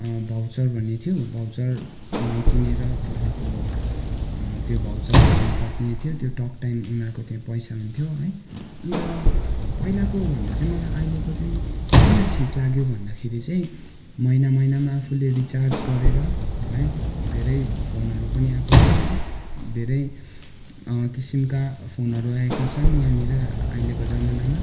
voucher भन्ने थियो voucher किनेर तपाईँको त्यो भाउचर हाल्नुपर्ने थियो त्यो टकटाइम उनीहरूको त्यहाँ पैसा हुन्थ्यो है अन्त पहिलाको भन्दा चाहिँ मलाई अहिलेको चाहिँ किन ठिक लाग्यो भन्दाखेरि चाहिँ महिना महिनामा आफूले रिचार्ज गरेर है धेरै फोनहरू पनि आएको छ होइन धेरै किसिमका फोनहरू आएका छन् यहाँनिर अहिलेको जमानामा